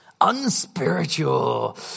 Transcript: unspiritual